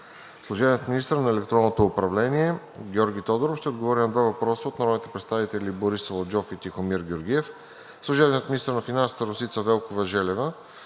Служебният министър на електронното управление Георги Тодоров ще отговори на два въпроса от народните представители Борис Аладжов; и Тихомир Георгиев. 8. Служебният министър на финансите Росица Велкова-Желева